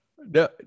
No